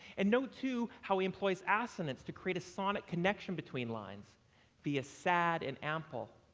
and note, too, how he employs assonance to create a sonic connection between lines via sad and ample,